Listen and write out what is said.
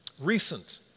recent